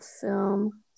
film